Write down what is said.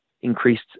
increased